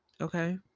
Okay